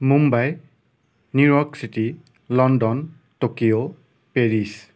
Mumbai New York city London Tokyo Paris